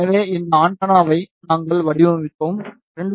எனவே இந்த ஆண்டெனாவை நாங்கள் வடிவமைத்தோம் 2